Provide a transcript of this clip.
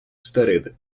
studied